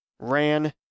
RAN